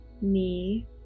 knee